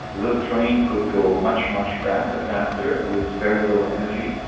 this train could go much, much faster ah faster with very little energy.